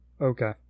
okay